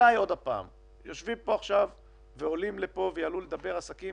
יושבים פה עכשיו ויעלו לדבר עסקים